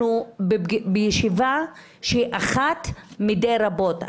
אנחנו בישיבה שהיא אחת מיני רבות.